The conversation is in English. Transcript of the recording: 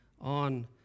on